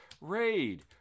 Raid